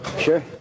Sure